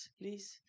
please